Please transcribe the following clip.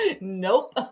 nope